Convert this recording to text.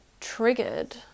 triggered